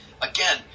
Again